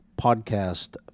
podcast